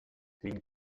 den